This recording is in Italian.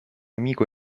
amico